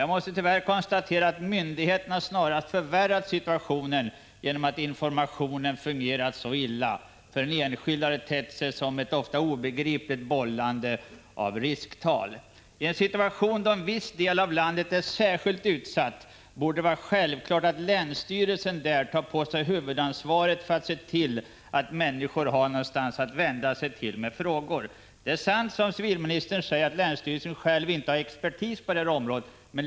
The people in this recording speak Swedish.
Jag måste tyvärr konstatera att myndigheterna snarast förvärrat situationen genom att informationen fungerat så illa. För den enskilde har det tett sig som ett ofta obegripligt bollande med risktal. I en situation då en viss del av landet är särskilt utsatt borde det vara självklart att länsstyrelsen där tar på sig huvudansvaret för att se till att människor har någonstans att vända sig med sina frågor. Det är sant som civilministern säger, att länsstyrelsen inte själv har expertis på området.